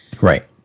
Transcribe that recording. Right